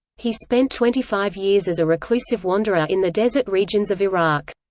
he spent twenty-five years as a reclusive wanderer in the desert regions of iraq.